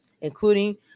including